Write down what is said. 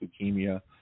leukemia